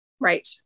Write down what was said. Right